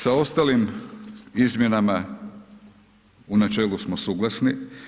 Sa ostalim izmjenama u načelu smo suglasni.